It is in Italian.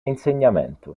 insegnamento